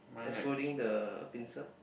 excluding the pincer